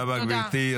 תודה רבה, גברתי.